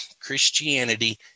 Christianity